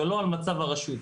ולא על מצב הרשות.